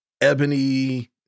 ebony